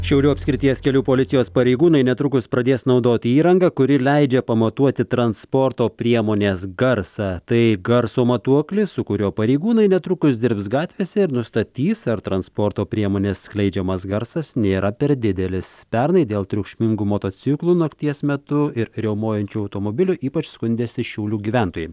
šiaulių apskrities kelių policijos pareigūnai netrukus pradės naudoti įrangą kuri leidžia pamatuoti transporto priemonės garsą tai garso matuoklis su kuriuo pareigūnai netrukus dirbs gatvėse ir nustatys ar transporto priemonės skleidžiamas garsas nėra per didelis pernai dėl triukšmingų motociklų nakties metu ir riaumojančių automobilių ypač skundėsi šiaulių gyventojai